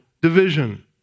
division